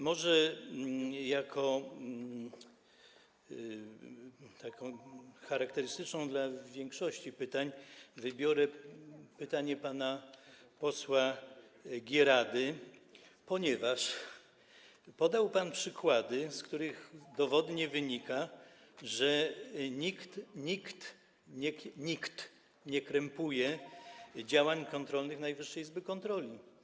Może jako takie charakterystyczne dla większości pytań wybiorę pytanie pana posła Gierady, ponieważ podał pan przykłady, z których dowodnie wynika, że nikt nie krępuje działań kontrolnych Najwyższej Izby Kontroli.